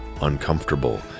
uncomfortable